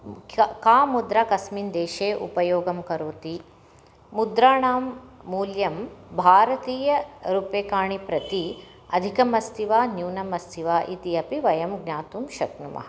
मुख्य का मुद्रा कस्मिन् देशे उपयोगं करोति मुद्राणां मूल्यं भारतीय रूप्यकाणां प्रति अधिकम् अस्ति वा न्यूनम् अस्ति वा इति अपि वयं ज्ञातुं शक्नुमः